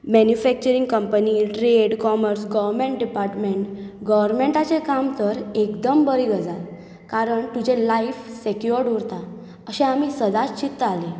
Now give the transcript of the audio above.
manufacturing कंपनींत trade commerce government department गवरमॅण्टाचें काम तर एकदम बरी गजाल कारण तुजें लायफ सॅक्यॉर्ड उरता अशें आमी सदांच चिंत्तालीं